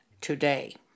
today